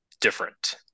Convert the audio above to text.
different